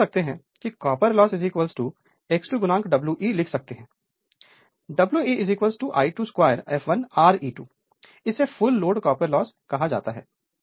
अब हम मान सकते हैं की कॉपर लॉस X2 Wc लिख सकते हैं Wc I22fl Re2 इसे फुल लोड कॉपर लॉस कहा जाता है